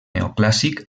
neoclàssic